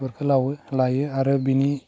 बेफोरखौ लावो लायो आरो बिनि